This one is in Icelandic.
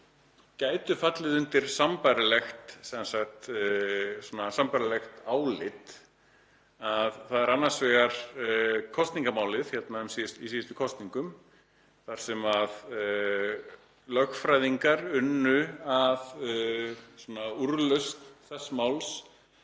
gætu fallið undir sambærilegt álit. Það er annars vegar kosningamálið hérna í síðustu kosningum þar sem lögfræðingar unnu að úrlausn þess máls